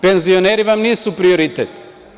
Penzioneri vam nisu prioritet.